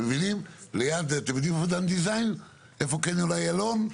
אתם יודעים איפה דן דיזיין, איפה קניון איילון?